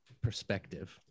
perspective